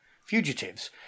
fugitives